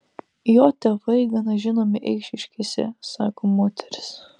jo tėvai gana žinomi eišiškėse sako moteris